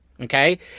Okay